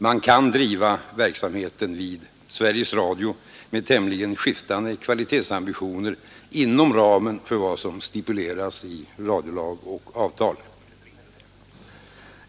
Man kan driva verksamheten vid Sveriges Radio med tämligen skiftande kvalitetsambitioner inom ramen för vad som stipuleras i radiolag och avtal.